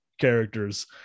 characters